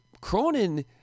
Cronin